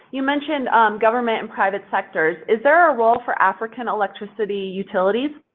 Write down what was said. you mentioned government and private sectors. is there a role for african electricity utilities?